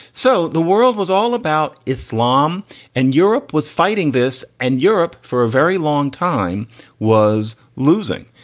so the world was all about islam and europe was fighting this. and europe for a very long time was losing.